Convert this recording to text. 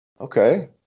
Okay